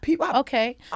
Okay